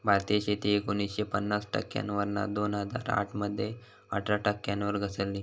भारतीय शेती एकोणीसशे पन्नास टक्क्यांवरना दोन हजार आठ मध्ये अठरा टक्क्यांवर घसरली